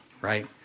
right